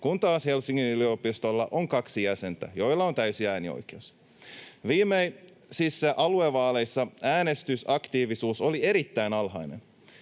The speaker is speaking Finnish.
kun taas Helsingin yliopistolla on kaksi jäsentä, joilla on täysi äänioikeus. Viimeisissä aluevaaleissa äänestysaktiivisuus oli erittäin alhainen.